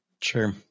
Sure